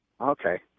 Okay